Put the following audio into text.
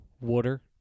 Water